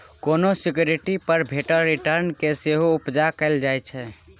कोनो सिक्युरिटी पर भेटल रिटर्न केँ सेहो उपजा कहल जाइ छै